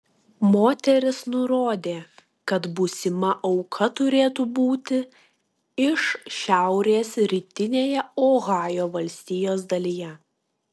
moteris nurodė kad būsima auka turėtų būti iš šiaurės rytinėje ohajo valstijos dalyje